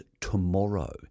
tomorrow